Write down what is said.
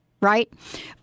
right